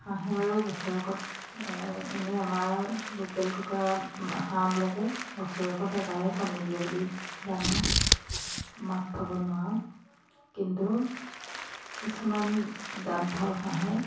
হাঁহে বাৰু বছৰেকত এনেই আমাৰ লোকেল কুকুৰা হাঁহবিলাকে বছৰেকত এবাৰেই কণী দিয়ে বুলি জানো মাঘ ফাগুণ মাহত কিন্তু কিছুমান জাত ভাল হাঁহে